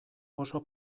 oso